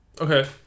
Okay